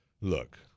look